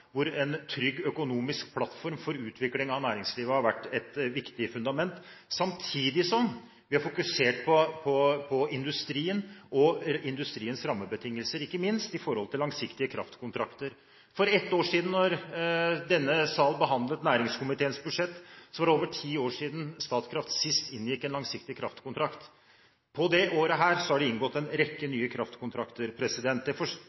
hvor en trygg økonomisk plattform for utvikling av næringslivet har vært et viktig fundament, samtidig som vi har fokusert på industrien og industriens rammebetingelser, ikke minst med tanke på langsiktige kraftkontrakter. For ett år siden, da denne salen behandlet næringskomiteens budsjett, var det over ti år siden Statkraft sist inngikk en langsiktig kraftkontrakt. På dette året har de inngått en rekke nye kraftkontrakter. Det